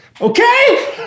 Okay